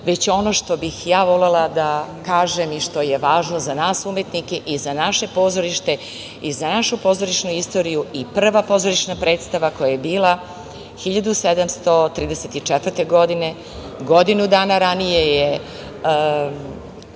već ono što bih volela da kažem i što je važno za nas umetnike i za naše pozorište i za našu pozorišnu istoriju i prva pozorišna predstava koja je bila 1734. godine. Godinu dana ranije je